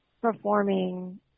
performing –